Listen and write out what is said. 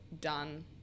done